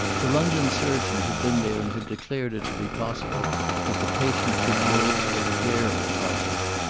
the london surgeon had been there and had declared it to be possible that the patient should live but barely possible.